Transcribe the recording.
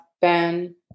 Ben